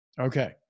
Okay